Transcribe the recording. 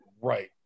right